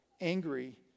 angry